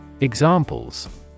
Examples